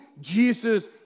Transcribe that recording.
Jesus